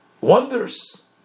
wonders